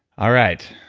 all right,